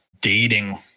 dating